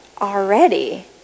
already